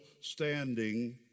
standing